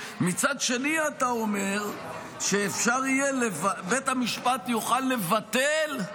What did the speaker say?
מצד שני אתה אומר שבית המשפט יוכל לבטל,